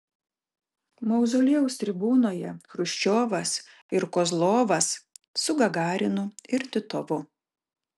mauzoliejaus tribūnoje chruščiovas ir kozlovas su gagarinu ir titovu